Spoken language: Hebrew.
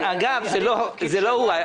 אגב, זה לא הוא.